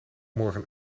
morgen